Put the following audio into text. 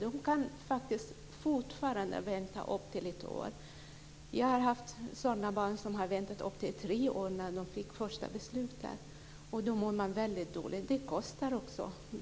De kan fortfarande få vänta upp till ett år. Jag känner till barn som har fått vänta i upp till tre år innan de fick det första beslutet. Under tiden mår de väldigt dåligt.